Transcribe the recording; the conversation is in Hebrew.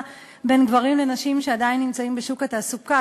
בין גברים לנשים שעדיין נמצאים בשוק התעסוקה.